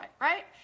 right